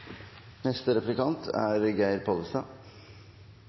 Neste taler er representanten Geir Pollestad.